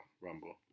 Rumble